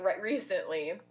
recently